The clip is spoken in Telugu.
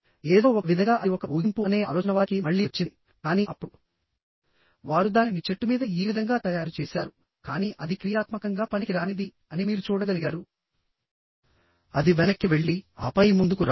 ఏదో ఒకవిధంగా అది ఒక ఊగింపు అనే ఆలోచన వారికి మళ్ళీ వచ్చింది కానీ అప్పుడు వారు దానిని చెట్టు మీద ఈ విధంగా తయారు చేశారు కానీ అది క్రియాత్మకంగా పనికిరానిది అని మీరు చూడగలిగారు అది వెనక్కి వెళ్లి ఆపై ముందుకు రాదు